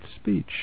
speech